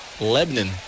Lebanon